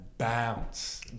Bounce